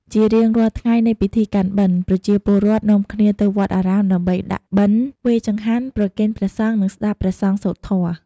ជារៀងរាល់ថ្ងៃនៃពិធីកាន់បិណ្ឌ ប្រជាពលរដ្ឋនាំគ្នាទៅវត្តអារាមដើម្បីដាក់បិណ្ឌ វេចង្ហាន់ ប្រគេនព្រះសង្ឃ និងស្ដាប់ព្រះសង្ឃសូត្រធម៌។